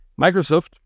Microsoft